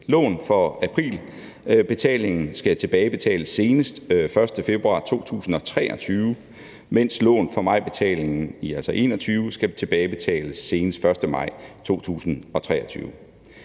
Lån for aprilbetalingen skal tilbagebetales senest den 1. februar 2023, mens lån for majbetalingen skal tilbagebetales senest den 1. maj 2023.